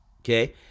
okay